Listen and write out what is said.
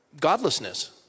godlessness